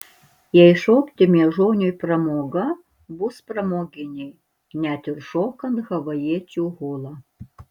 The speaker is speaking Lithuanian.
jei šokti miežoniui pramoga bus pramoginiai net ir šokant havajiečių hulą